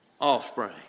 offspring